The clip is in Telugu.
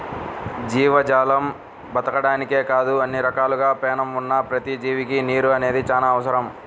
జీవజాలం బతకడానికే కాదు అన్ని రకాలుగా పేణం ఉన్న ప్రతి జీవికి నీరు అనేది చానా అవసరం